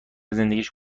زندگیش